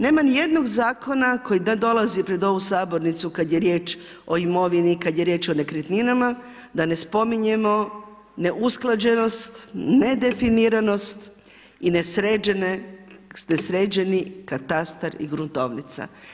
Nema nijednog zakona koji dolazi pred ovu sabornicu kada je riječ o imovini, kada je riječ o nekretninama da ne spominjemo neusklađenost, nedefiniranost i nesređeni katastar i gruntovnica.